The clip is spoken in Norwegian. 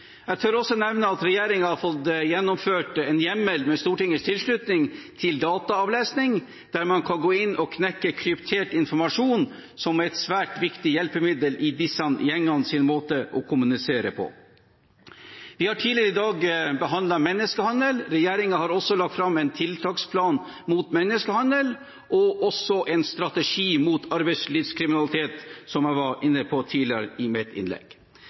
Jeg tør også nevne at regjeringen, med Stortingets tilslutning, har fått gjennomført en hjemmel for dataavlesning der man kan gå inn og knekke kryptert informasjon, som er et svært viktig hjelpemiddel i disse gjengenes måte å kommunisere på. Vi har tidligere i dag behandlet menneskehandel. Regjeringen har også lagt fram en tiltaksplan mot menneskehandel og en strategi mot arbeidslivskriminalitet, som jeg var inne på tidligere i mitt innlegg.